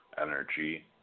energy